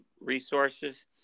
resources